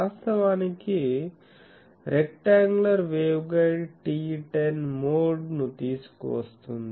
వాస్తవానికి rectangular waveguide TE10 మోడ్ను తీసుకువస్తోంది